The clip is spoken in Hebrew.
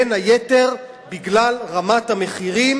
בין היתר בגלל רמת המחירים,